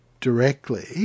directly